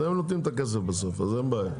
אז הם נותנים את הכסף בסוף, אין בעיה.